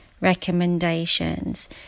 recommendations